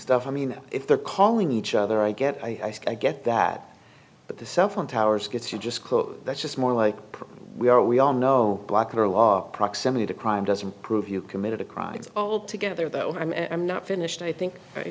stuff i mean if they're calling each other i get i get that but the cell phone towers gets you just that's just more like we are we all know blocking our law proximity to crime doesn't prove you committed a crime it's all together though i'm not finished i think